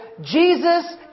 Jesus